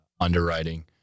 underwriting